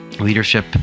leadership